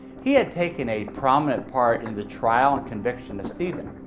he had taken a prominent part in the trial and conviction of stephen.